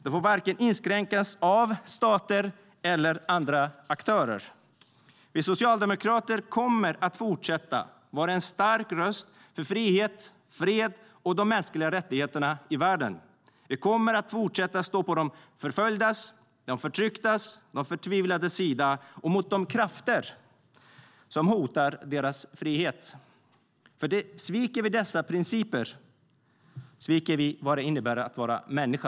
De får inte inskränkas av vare sig stater eller andra aktörer. Vi socialdemokrater kommer att fortsätta att vara en stark röst för frihet, fred och de mänskliga rättigheterna i världen. Vi kommer att fortsätta att stå på de förföljdas, de förtrycktas och de förtvivlades sida mot de krafter som hotar deras frihet! Sviker vi dessa principer, sviker vi vad det innebär att vara människa.